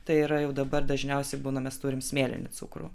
tai yra jau dabar dažniausiai būna mes turim smėlinį cukrų